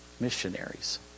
Missionaries